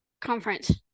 conference